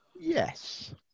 yes